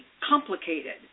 complicated